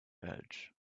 edge